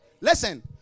Listen